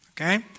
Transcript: okay